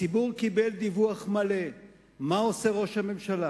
הציבור קיבל דיווח מלא מה עושה ראש הממשלה,